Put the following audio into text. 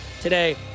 today